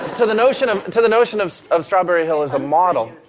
to the notion of, to the notion of of strawberry hill as a model.